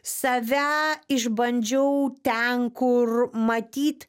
save išbandžiau ten kur matyt